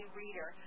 reader